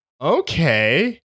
Okay